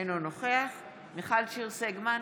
אינו נוכח מיכל שיר סגמן,